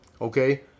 Okay